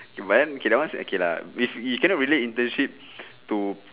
K but then K that one okay lah if you cannot relate internships to